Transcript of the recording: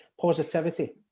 positivity